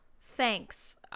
thanks